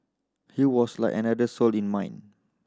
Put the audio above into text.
he was like another soul in mine